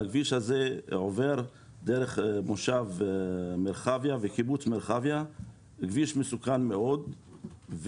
הכביש הזה עובר דרך מושב מרחביה וקיבוץ מרחביה; זה כביש מסוכן מאוד,